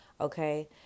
okay